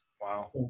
Wow